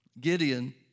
Gideon